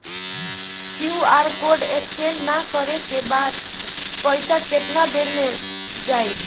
QR code scan न करे क बाद पइसा केतना देर म जाई?